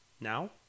Now